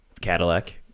Cadillac